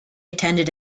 attended